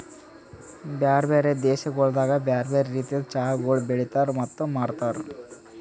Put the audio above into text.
ಬ್ಯಾರೆ ಬ್ಯಾರೆ ದೇಶಗೊಳ್ದಾಗ್ ಬ್ಯಾರೆ ಬ್ಯಾರೆ ರೀತಿದ್ ಚಹಾಗೊಳ್ ಬೆಳಿತಾರ್ ಮತ್ತ ಮಾರ್ತಾರ್